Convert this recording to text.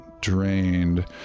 Drained